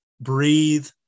breathe